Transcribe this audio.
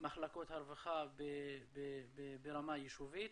מחלקות הרווחה ברמה יישובית.